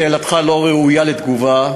שאלתך לא ראויה לתגובה,